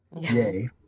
Yay